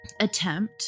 Attempt